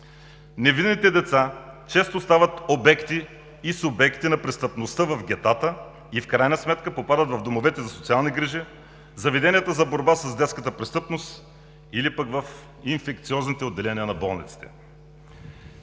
Невинните деца често стават обекти и субекти на престъпността в гетата и в крайна сметка попадат в домовете за социални грижи, заведенията за борба с детската престъпност или пък в инфекциозните отделения на болниците.